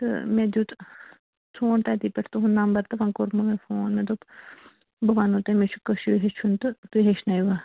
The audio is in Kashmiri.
تہٕ مےٚ دیُت ژھونٛڈ تَتی پٮ۪ٹھ تُہُنٛد نَمبَر تہٕ وٕ کوٚرمَو مےٚ فون مےٚ دوٚپ بہٕ وَنَو تۄہہِ مےٚ چھِ کٲشُر ہٮ۪چھُن تہٕ تُہۍ ہٮ۪چھنٲے وا